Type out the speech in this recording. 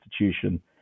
institution